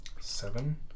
Seven